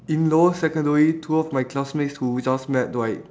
in lower secondary two of my classmates who just met right